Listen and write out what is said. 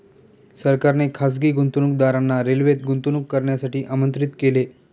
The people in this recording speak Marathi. सरकारने खासगी गुंतवणूकदारांना रेल्वेत गुंतवणूक करण्यासाठी आमंत्रित केले